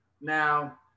now